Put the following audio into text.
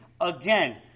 again